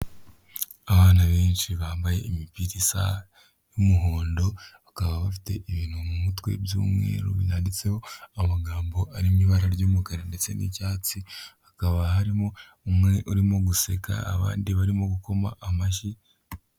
Abana benshi bambaye imipira isa y'umuhondo bakaba bafite ibintu mu mutwe by'umweru banditseho amagambo arimo ibara ry'umukara ndetse n'icyatsi, hakaba harimo umwe urimo guseka abandi barimo gukoma amashyi.